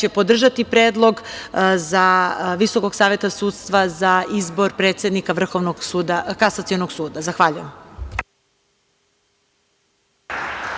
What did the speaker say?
će podržati predlog Visokog saveta sudstva za izbor predsednika Vrhovnog kasacionog suda. Zahvaljujem.